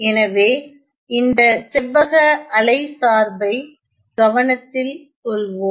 எனவே இந்த செவ்வக அலை சார்பை ஐ கவனத்தில் கொள்வோம்